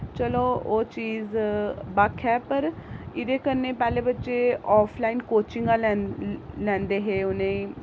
चलो ओह् चीज बक्ख ऐ पर एह्दे कन्नै पैह्लें बच्चे आफ लाइन कोचिंगा लैंदे हे उ'ने ईं